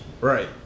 Right